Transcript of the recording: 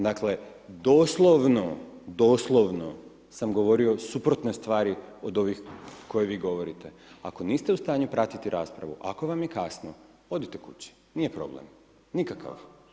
Dakle, doslovno, doslovno sam govorio suprotne stvari od ovih što vi govorite, ako niste u stanju pratiti raspravu, ako vam je kasno, odite kući, nije problem, nikakav.